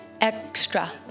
extra